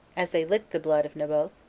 as they licked the blood of naboth,